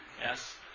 Yes